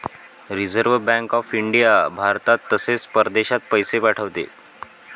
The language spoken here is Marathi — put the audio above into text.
रिझर्व्ह बँक ऑफ इंडिया भारतात तसेच परदेशात पैसे पाठवते